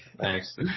Thanks